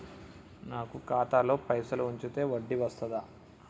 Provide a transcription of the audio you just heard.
నాకు ఖాతాలో పైసలు ఉంచితే వడ్డీ వస్తదా?